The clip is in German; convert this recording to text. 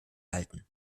halten